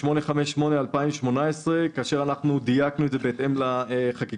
2018/858. אנחנו דייקנו את זה בהתאם לחקיקה